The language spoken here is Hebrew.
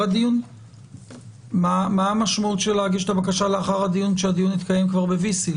הדיון - מה המשמעות של להגיש את הבקשה לאחר הדיון כשהדיון התקיים ב-VC?